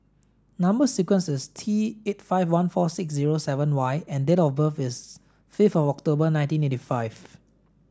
number sequence is T eight five one four six zero seven Y and date of birth is fifth of October nineteen eighty five